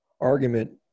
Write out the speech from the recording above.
argument